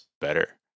better